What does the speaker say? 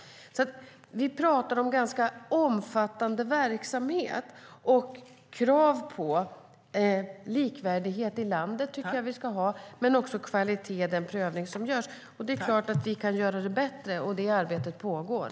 Vi pratar alltså om en ganska omfattande verksamhet. Krav på likvärdighet i landet tycker jag att vi ska ha, men vi ska också ha kvalitet i den prövning som görs. Det är klart att vi kan göra det bättre, och det arbetet pågår.